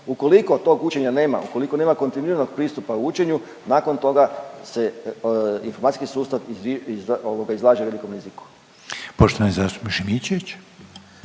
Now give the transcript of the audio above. Ukoliko tog učenja nema, ukoliko nema kontinuiranog pristupa učenju nakon toga se informacijski sustav izlaže velikom riziku. **Reiner, Željko